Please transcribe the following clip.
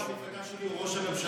הצביעות נוטפת